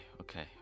okay